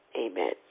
Amen